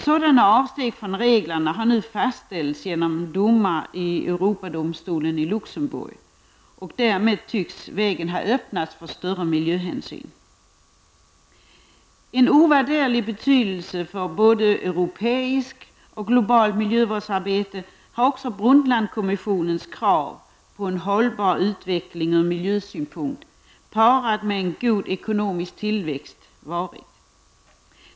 Sådana avsteg från reglerna har nu fastställts genom domar i Europadomstolen i Luxemburg, och därmed tycks vägen ha öppnats för större miljöhänsyn. Av ovärderlig betydelse för såväl europeiskt som globalt miljövårdsarbete har också Brundtlandkommissionens krav på en hållbar utveckling ur miljösynpunkt, parad med en god ekonomisk tillväxt, varit.